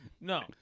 No